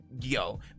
Yo